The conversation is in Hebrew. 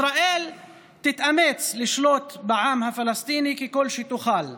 ישראל תתאמץ לשלוט בעם הפלסטיני ככל שתוכל,